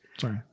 Sorry